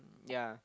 yea